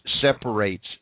separates –